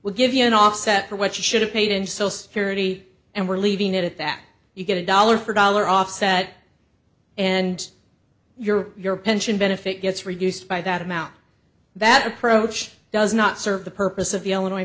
we'll give you an offset for what you should have paid into social security and we're leaving it at that you get a dollar for dollar offset and you're your pension benefit gets reduced by that amount that approach does not serve the purpose of the illinois